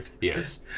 yes